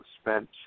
spent